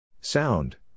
Sound